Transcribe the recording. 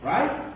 Right